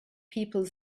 people